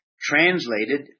translated